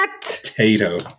potato